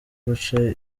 guca